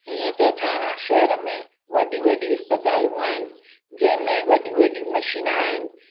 हीअं त थाणा शहर में वॾी वॾी इस्पतालू आहिनि जंहिं में वॾियूं वॾियूं मशीन आहिनि